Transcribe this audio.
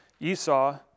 Esau